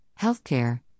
healthcare